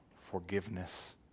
forgiveness